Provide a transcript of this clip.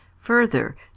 Further